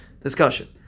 discussion